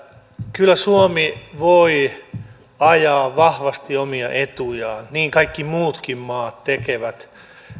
kyllä suomi voi ajaa vahvasti omia etujaan niin kaikki muutkin maat tekevät